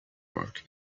work